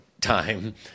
time